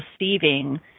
receiving